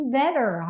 better